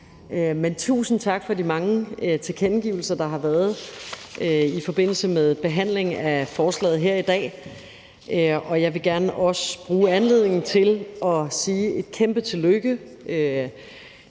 tusind tak for de mange tilkendegivelser, der har været i forbindelse med behandlingen af forslaget her i dag, og jeg vil også gerne bruge anledningen til at sige et kæmpe tillykke